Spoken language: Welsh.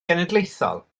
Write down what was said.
genedlaethol